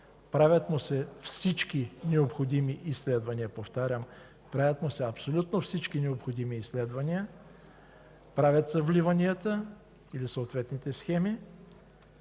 правят му се всички необходими изследвания, повтарям – абсолютно всички изследвания, правят се вливанията или съответните схеми.